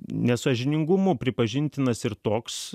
nesąžiningumo pripažintinas ir toks